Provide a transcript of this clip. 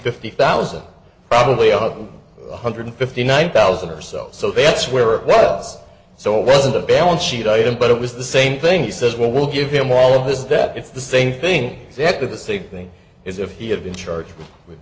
fifty thousand probably on one hundred fifty nine thousand or so so that's where it was so it wasn't a balance sheet item but it was the same thing he says will give him all of his debt if the same thing exactly the same thing is if he had been charged with